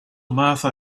martha